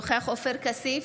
אינו נוכח עופר כסיף,